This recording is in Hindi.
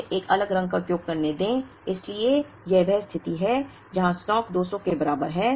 मुझे एक अलग रंग का उपयोग करने दें इसलिए यह वह स्थिति है जहां स्टॉक 200 के बराबर है